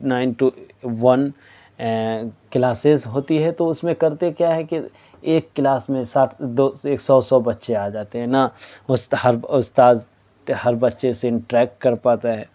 nine to one classes ہوتی ہے تو اس میں کرتے کیا ہیں کہ ایک کلاس میں ساٹھ دو سو سو بچے آ جاتے ہیں نا مستحب استاذ ہر بچے سے انٹریکٹ کر پاتا ہے